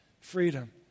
freedom